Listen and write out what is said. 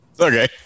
Okay